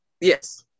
Yes